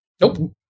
Nope